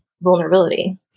vulnerability